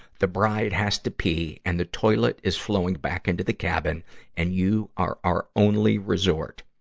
the bride has to pee, and the toilet is flowing back into the cabin and you are our only resort!